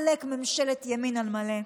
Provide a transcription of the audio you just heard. ממשלת ימין על מלא.